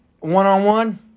one-on-one